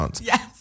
Yes